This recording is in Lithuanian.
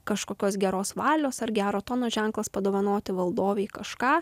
kažkokios geros valios ar gero tono ženklas padovanoti valdovei kažką